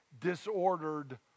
disordered